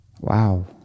Wow